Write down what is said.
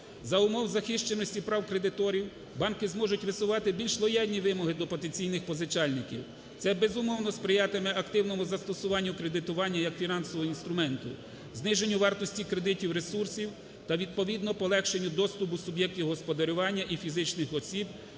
За умов захищеності прав кредиторів банки зможуть висувати більш лояльні вимоги до потенційних позичальників. Це, безумовно, сприятиме активному застосуванню кредитування як фінансового інструменту, зниженню вартості кредитів та відповідно полегшенню доступу суб'єктів господарювання і фізичних осіб